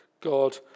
God